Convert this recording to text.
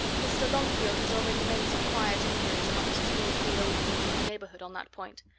mr. longfield has already made some quiet inquiries amongst two or three old people of the neighbourhood on that point,